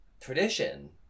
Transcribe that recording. tradition